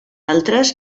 altres